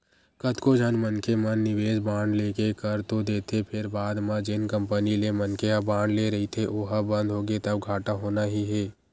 कतको झन मनखे मन निवेस बांड लेके कर तो देथे फेर बाद म जेन कंपनी ले मनखे ह बांड ले रहिथे ओहा बंद होगे तब घाटा होना ही हे